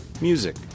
music